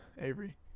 Avery